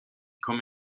komme